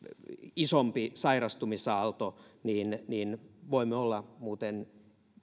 isompi sairastumisaalto niin niin voimme olla muuten